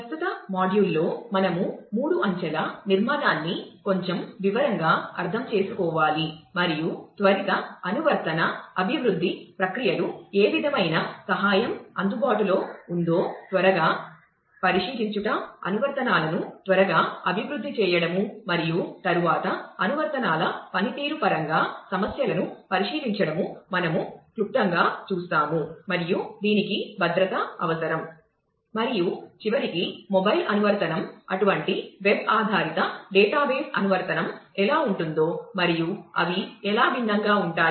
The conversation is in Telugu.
ప్రస్తుత మాడ్యూల్లో మనము మూడు అనువర్తనం ఎలా ఉంటుందో మరియు అవి ఎలా భిన్నంగా ఉంటాయి